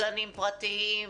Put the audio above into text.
גנים פרטיים,